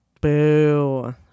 Boo